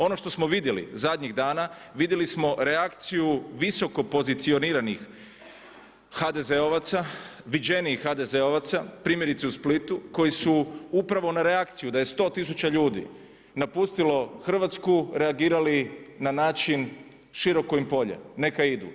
Ono što smo vidjeli zadnjih dana, vidjeli smo reakciju visoko pozicioniranih HDZ-ovaca, viđenijih HDZ-ovaca, primjerice u Splitu koji su upravo na reakciju da je 100 tisuća ljudi napustilo Hrvatsku reagirali na način „širok im polje, neka idu“